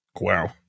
Wow